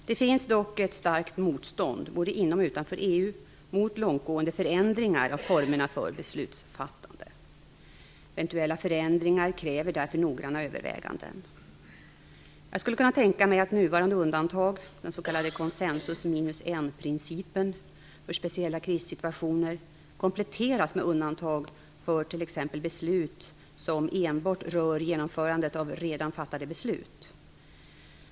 Det finns dock ett starkt motstånd både inom och utanför EU mot långtgående förändringar av formerna för beslutsfattande. Eventuella förändringar kräver därför noggranna överväganden. Jag skulle kunna tänka mig att nuvarande undantag, den s.k. konsensus-minus-en-principen för speciella krissituationer, kompletteras med undantag för t.ex. beslut som enbart rör genomförandet av redan fattade beslut.